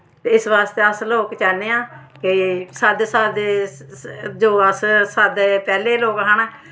ते इस बास्तै अस लोक चाह्न्ने आं कि साद्दे साद्दे जो अस साद्दे पैह्लें लोग हे